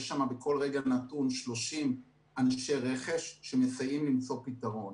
יש שם בכל רגע נתון 30 אנשי רכש שמסייעים למצוא פתרון.